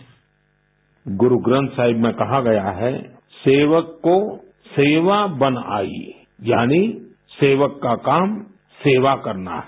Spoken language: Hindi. बाईट गुरुग्रन्थ साहिब में कहा गया है सेवक को सेवा बन आई यानी सेवक का काम सेवा करना है